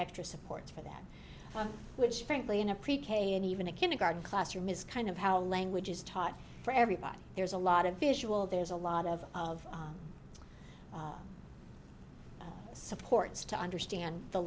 extra support for that which frankly in a pre k and even a kindergarten classroom is kind of how language is taught for everybody there's a lot of visual there's a lot of of supports to understand the